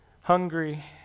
hungry